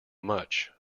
much